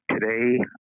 today